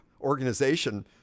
organization